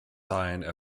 signed